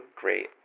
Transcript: great